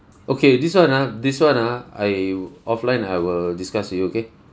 okay this one ah this one ah I offline I will discuss with you okay